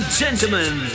gentlemen